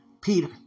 Peter